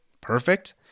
perfect